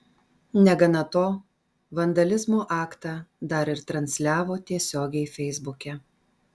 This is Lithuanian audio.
negana to vandalizmo aktą dar ir transliavo tiesiogiai feisbuke